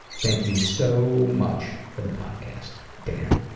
thank you so much for the podcast. dan.